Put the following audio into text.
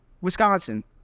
Wisconsin